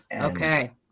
okay